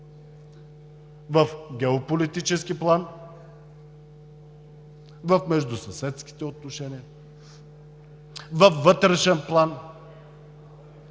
в геополитически план, в междусъседските отношения, във вътрешен план